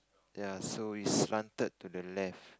ya so is slanted to the left